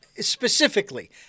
specifically